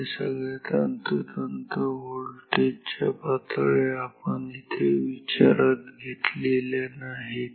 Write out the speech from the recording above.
या सगळ्या तंतोतंत व्होल्टेज च्या पातळ्या आपण येथे विचारात घेतलेल्या नाहीत